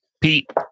Pete